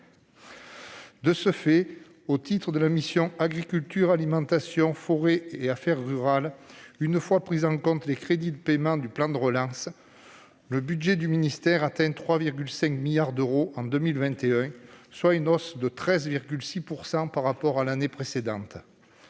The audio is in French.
Au total, au titre de la mission « Agriculture, alimentation, forêt et affaires rurales », une fois pris en compte les crédits de paiement du plan de relance, le budget du ministère atteint 3,5 milliards d'euros en 2021, soit une hausse de 13,6 % par rapport à l'année précédente.